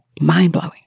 Mind-blowing